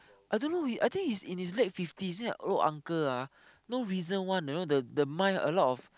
I don't know he I think he's in his late fifties then old uncle ah no reason [one] you know the the mind a lot of